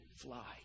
fly